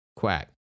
quack